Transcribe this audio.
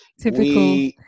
Typical